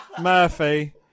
Murphy